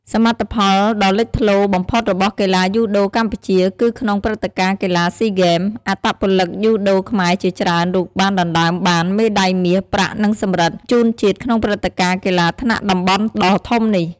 សមិទ្ធផលដ៏លេចធ្លោបំផុតរបស់កីឡាយូដូកម្ពុជាគឺក្នុងព្រឹត្តិការណ៍កីឡាស៊ីហ្គេម អត្តពលិកយូដូខ្មែរជាច្រើនរូបបានដណ្តើមបាន មេដាយមាស ប្រាក់ និងសំរឹទ្ធ ជូនជាតិក្នុងព្រឹត្តិការណ៍កីឡាថ្នាក់តំបន់ដ៏ធំនេះ ។